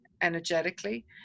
energetically